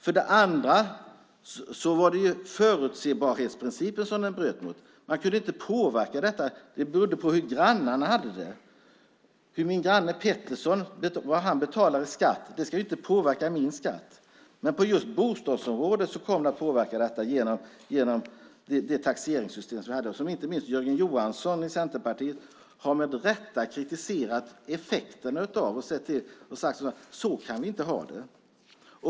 För det andra bröt det mot förutsägbarhetsprincipen. Man kunde inte påverka detta. Det berodde på hur grannarna hade det. Vad min granne Pettersson betalar i skatt ska inte påverka min skatt. På just bostadsområdet kom det att påverka detta genom det taxeringssystem vi hade. Inte minst Jörgen Johansson i Centerpartiet har med rätta kritiserat effekterna av det. Så kan vi inte ha det.